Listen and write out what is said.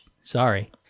sorry